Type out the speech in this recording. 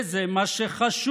וזה מה שחשוב.ה,